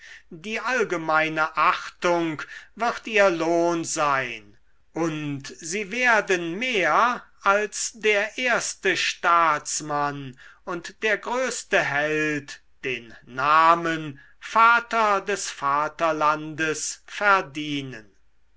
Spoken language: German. die allgemeine achtung wird ihr lohn sein und sie werden mehr als der erste staatsmann und der größte held den namen vater des vaterlandes verdienen